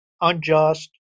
unjust